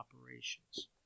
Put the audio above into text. operations